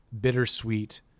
bittersweet